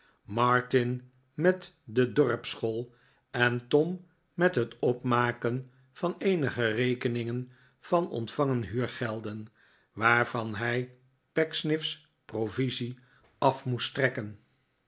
martin met de dorpsschool en tom met het opmaken van eenige rekeningen van ontvangen huufgelden waarvan hij pecksniffs provisie af moest trekken